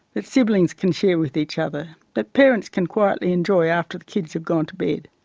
that siblings can share with each other, that parents can quietly enjoy after the kids have gone to bed.